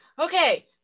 okay